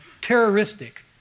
terroristic